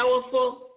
powerful